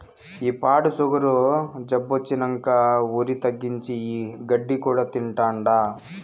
ఈ పాడు సుగరు జబ్బొచ్చినంకా ఒరి తగ్గించి, ఈ గడ్డి కూడా తింటాండా